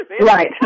Right